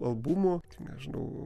albumų nežinau